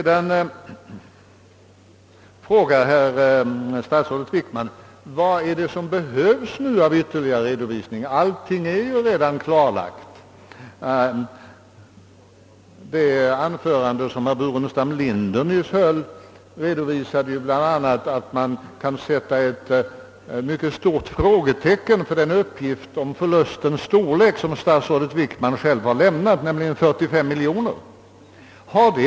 Vidare frågar herr statsrådet Wickman vad som behövs ytterligare av redovisning eftersom allt redan är klarlagt i höstas och i år. Det anförande som herr Burenstam Linder nyss höll visade ju bl.a. att man kan sätta ett mycket stort frågetecken för den uppgift om förlustens storlek som statsrådet Wickman själv har lämnat, nämligen 45 miljoner kronor.